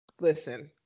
Listen